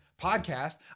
podcast